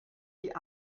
die